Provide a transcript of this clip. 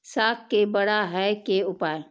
साग के बड़ा है के उपाय?